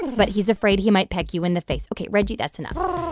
but he's afraid he might peck you in the face. ok, reggie, that's enough